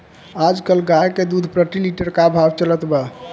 आज कल गाय के दूध प्रति लीटर का भाव चलत बा?